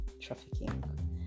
trafficking